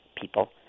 people